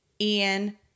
ian